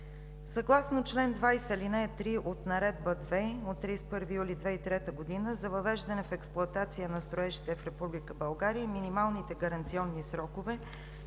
Съгласно чл. 20, ал. 3 от Наредба № 2 от 31 юли 2003 г. за въвеждане в експлоатация на строежите в Република България и минималните гаранционни срокове